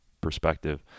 perspective